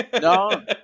No